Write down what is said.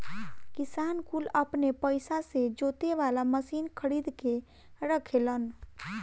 किसान कुल अपने पइसा से जोते वाला मशीन खरीद के रखेलन